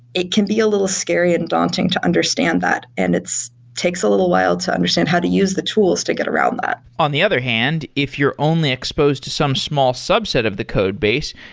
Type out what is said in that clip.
it can be a little scary and daunting to understand that, and it takes a little while to understand how to use the tools to get around that. on the other hand, if you're only exposed to some small subset of the codebase,